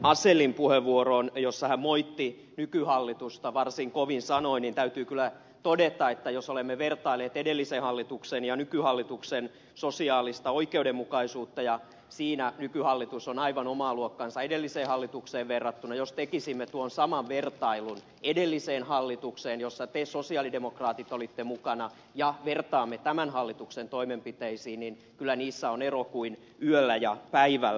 asellin puheenvuoroon liittyen jossa hän moitti nykyhallitusta varsin kovin sanoin täytyy kyllä todeta että jos olemme vertailleet edellisen hallituksen ja nykyhallituksen sosiaalista oikeudenmukaisuutta siinä nykyhallitus on aivan omaa luokkaansa edelliseen hallitukseen verrattuna niin jos tekisimme tässä asiassa tuon saman vertailun vertaisimme edellisen hallituksen toimia jossa te sosialidemokraatit olitte mukana tämän hallituksen toimenpiteisiin niin kyllä niillä on ero kuin yöllä ja päivällä